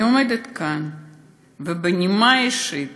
אני עומדת כאן ובנימה אישית